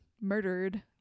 murdered